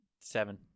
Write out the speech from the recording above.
Seven